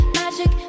magic